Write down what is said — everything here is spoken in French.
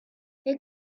les